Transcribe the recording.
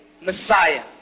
Messiah